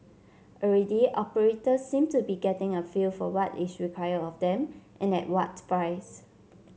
already operators seem to be getting a feel for what is required of them and at what price